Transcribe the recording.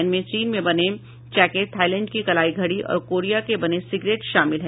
इनमें चीन में बने चैकेट थाईलैंड की कलाई घड़ी और कोरिया के बने सिगरेट शामिल हैं